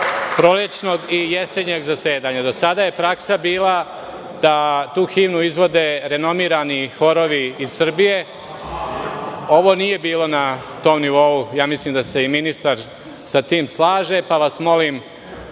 prolećnog i jesenjeg zasedanja. Do sada je praksa bila da tu himnu izvode renomirani horovi iz Srbije. Ovo nije bilo na tom nivou, mislim da se i ministar sa tim slaže, pa vas molim,